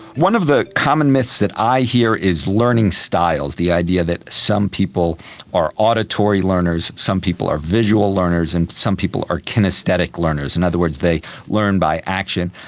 one of the common myths that i hear is learning styles, the idea that some people are auditory learners, some people are visual learners, and some people are kinaesthetic learners, in other words they learn by action.